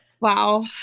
Wow